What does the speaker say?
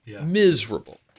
miserable